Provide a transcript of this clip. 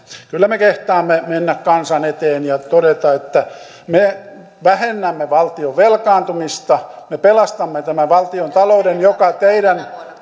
kyllä me kehtaamme mennä kansan eteen ja todeta että vähennämme valtion velkaantumista me pelastamme tämän valtiontalouden joka teidän